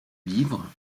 livre